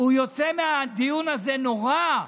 הוא יוצא מהדיון הזה נורא,